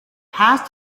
past